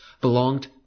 belonged